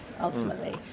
ultimately